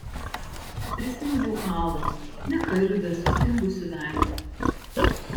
prisiminiau alą nekalbią sustingusiu veidu